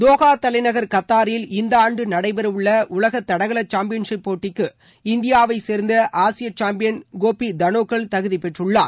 Doha தலைநகர் கத்தாரில் இந்த ஆண்டு நடைபெற உள்ள உலக தடகள சாம்பியன்சிப் போட்டிக்கு இந்தியாவை சேர்ந்த ஆசிய சாம்பியன் கோபி தனோகல் தகுதி பெற்றுள்ளார்